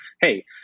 hey